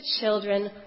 children